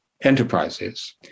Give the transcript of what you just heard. enterprises